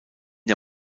der